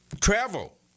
travel